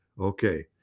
Okay